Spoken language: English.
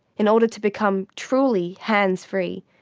in order to become truly hands-free,